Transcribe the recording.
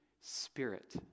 Spirit